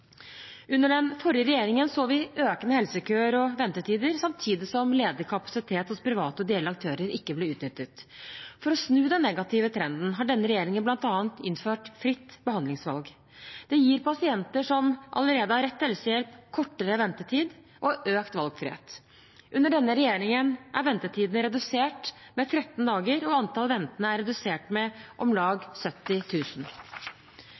Under den forrige regjeringen så vi økende helsekøer og ventetider, samtidig som ledig kapasitet hos private og ideelle aktører ikke ble utnyttet. For å snu den negative trenden har denne regjeringen bl.a. innført fritt behandlingsvalg. Det gir pasienter som allerede har rett til helsehjelp, kortere ventetid og økt valgfrihet. Under denne regjeringen er ventetidene redusert med 13 dager, og antall ventende er redusert med om